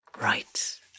Right